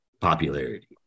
popularity